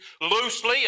Loosely